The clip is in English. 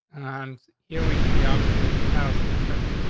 um, here we see, obviously the style css.